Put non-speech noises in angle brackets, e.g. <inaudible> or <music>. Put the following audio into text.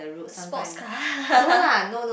a sports car <laughs>